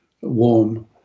warm